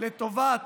לטובת